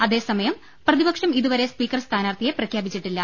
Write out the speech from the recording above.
അതേസമയം പ്രതിപക്ഷം ഇതുവരെ സ്പീക്കർ സ്ഥാനാർത്ഥിയെ പ്രഖ്യാപിച്ചിട്ടില്ല